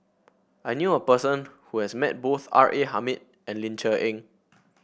I knew a person who has met both R A Hamid and Ling Cher Eng